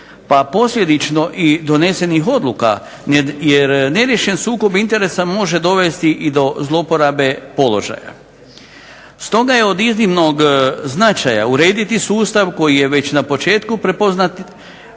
pa posljedično i donesenih odluka, jer ne riješeni sukob interesa može dovesti i do zloporabe položaja. Stoga je od iznimnog značaja urediti sustav koji će na početku prepoznati